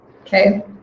okay